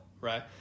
right